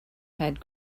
had